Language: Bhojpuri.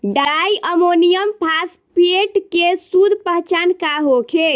डाई अमोनियम फास्फेट के शुद्ध पहचान का होखे?